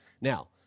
Now